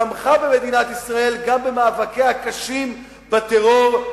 תמכה במדינת ישראל גם במאבקיה הקשים בטרור.